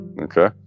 Okay